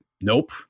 nope